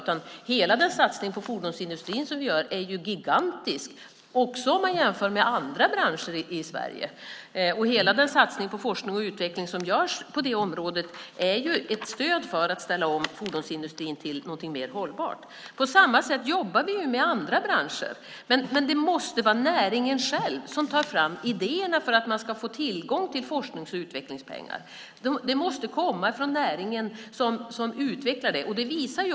Hela den satsning på fordonsindustrin som vi gör är gigantisk också om man jämför med andra branscher i Sverige. Hela den satsning på forskning och utveckling som görs på det området är ju ett stöd för att ställa om fordonsindustrin till något mer hållbart. På samma sätt jobbar vi med andra branscher. Men det måste vara näringen själv som tar fram idéerna för att man ska få tillgång till forsknings och utvecklingspengar. Det måste komma från näringen som utvecklar det.